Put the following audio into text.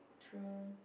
true